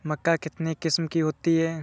मक्का कितने किस्म की होती है?